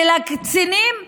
ולקצינים יש,